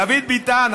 דוד ביטן,